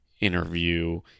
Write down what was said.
interview